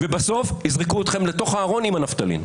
בסוף יזרקו אתכם לתוך הארון עם הנפטלין.